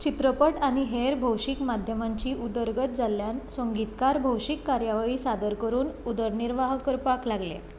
चित्रपट आनी हेर भौशीक माध्यमांची उदरगत जाल्ल्यान संगितकार भौशीक कार्यावळी सादर करून उदरनिर्वाह करपाक लागले